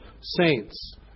saints